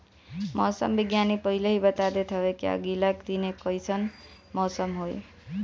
मौसम विज्ञानी पहिले ही बता देत हवे की आगिला दिने कइसन मौसम होई